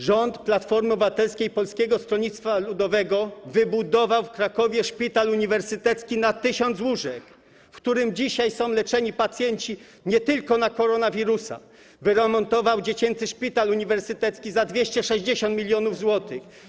Rząd Platformy Obywatelskiej i Polskiego Stronnictwa Ludowego wybudował w Krakowie szpital uniwersytecki na 1 tys. łóżek, w którym dzisiaj są leczeni pacjenci nie tylko z powodu koronawirusa, wyremontował dziecięcy szpital uniwersytecki za 260 mln zł.